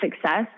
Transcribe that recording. success